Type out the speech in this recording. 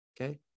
Okay